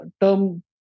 term